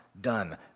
done